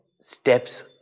steps